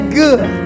good